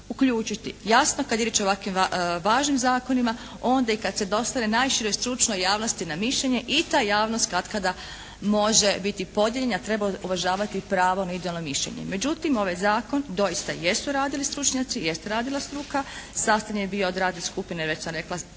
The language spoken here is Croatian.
uključiti. Jasno kad je riječ o ovakvim važnim zakonima onda i kad se dostave i najširoj stručnoj javnosti na mišljenje i ta javnost katkada može biti podijeljena. Treba uvažavati pravo na individualno mišljenje. Međutim, ovaj zakon doista jesu radili stručnjaci, jest radila struka. Sastavljen je bio od radne skupine, već sam rekla